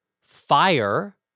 fire